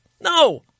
No